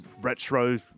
retro